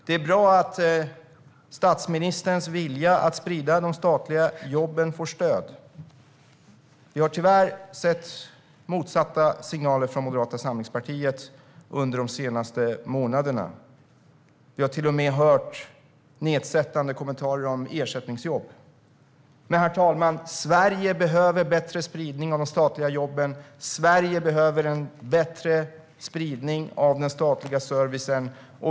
Det är bra att statsministerns vilja att sprida de statliga jobben får stöd. Vi har tyvärr sett motsatta signaler från Moderata samlingspartiet under de senaste månaderna. Vi har till och med hört nedsättande kommentarer om ersättningsjobb. Herr talman! Sverige behöver bättre spridning av de statliga jobben. Sverige behöver en bättre spridning av den statliga servicen.